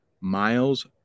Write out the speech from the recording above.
miles